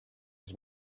his